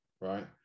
right